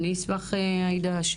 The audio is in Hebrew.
עאידה,